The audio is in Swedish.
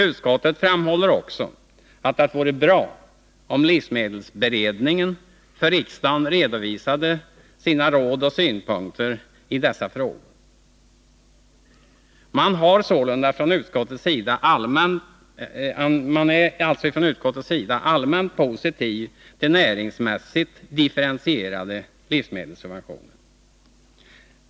Utskottet framhåller vidare att det vore bra om livsmedelsberedningen för riksdagen redovisade råd och synpunkter i dessa frågor. Man är sålunda från utskottets sida allmänt positiv till näringsmässigt differentierade livsmedelssubventioner.